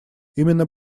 именно